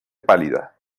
pálida